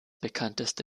bekannteste